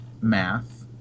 math